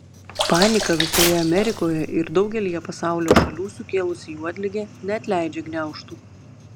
paniką visoje amerikoje ir daugelyje pasaulio šalių sukėlusi juodligė neatleidžia gniaužtų